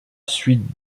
suite